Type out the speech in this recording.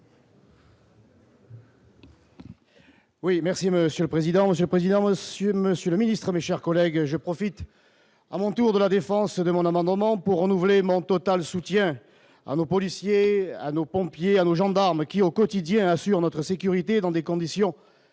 Oui, merci Monsieur le président Monsieur, Président Monsieur Monsieur le Ministre, mes chers collègues, je profite à mon tour de la Défense et demandant pour renouveler mon total soutien à nos policiers à nos pompiers à nos gendarmes qui, au quotidien, assure notre sécurité dans des conditions